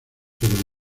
pero